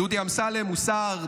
דודי אמסלם הוא שר,